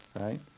right